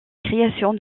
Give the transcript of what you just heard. création